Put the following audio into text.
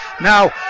Now